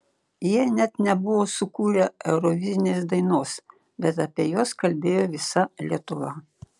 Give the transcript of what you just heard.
jie net nebuvo sukūrę eurovizinės dainos bet apie juos kalbėjo visa lietuva